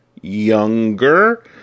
younger